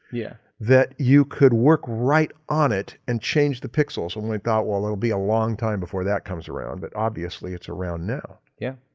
yeah that you could work right on it and change the pixels. only thought well, it'll be a long time before that comes around but obviously it's around now. yeah